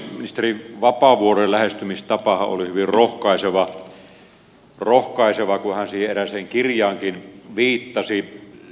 ministeri vapaavuoren lähestymistapahan oli hyvin rohkaiseva kun hän siihen erääseen kirjaankin viittasi